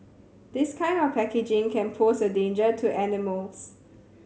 this kind of packaging can pose a danger to animals